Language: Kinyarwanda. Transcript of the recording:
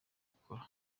gukora